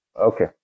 Okay